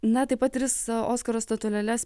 na tai pat tris oskaro statulėles